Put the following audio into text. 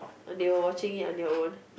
on they were watching it on their own